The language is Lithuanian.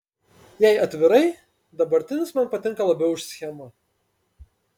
jei atvirai dabartinis man patinka labiau už schemą